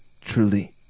Truly